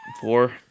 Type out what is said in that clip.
Four